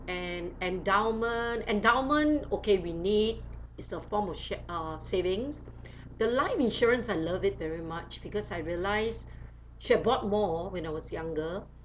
en~ endowment endowment okay we need is a form of share uh savings the life insurance I love it very much because I realise should have bought more when I was younger